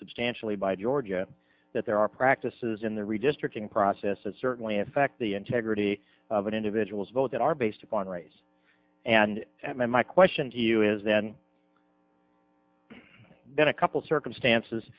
substantially by georgia that there are practices in the redistricting process that certainly affect the integrity of an individual's vote that are based upon race and my question to you is then then a couple circumstances